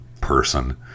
person